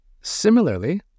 Similarly